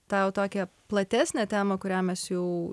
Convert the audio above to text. tau tokią platesnę temą kurią mes jau